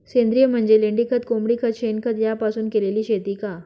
सेंद्रिय म्हणजे लेंडीखत, कोंबडीखत, शेणखत यापासून केलेली शेती का?